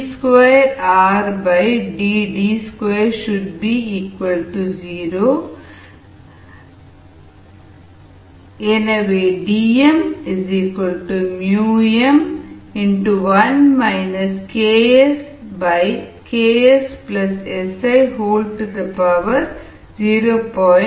d2RdD20 K≪Si KsKsSi 0 ஆக இருக்க Dm m1 KsKsSi0